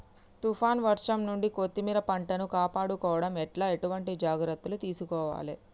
తుఫాన్ వర్షం నుండి కొత్తిమీర పంటను కాపాడుకోవడం ఎట్ల ఎటువంటి జాగ్రత్తలు తీసుకోవాలే?